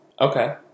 Okay